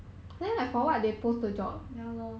!aiyo!